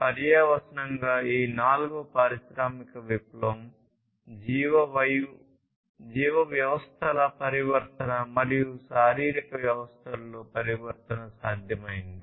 పర్యవసానంగా ఈ నాల్గవ పారిశ్రామిక విప్లవం జీవ వ్యవస్థల పరివర్తన సాధ్యమైంది